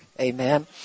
Amen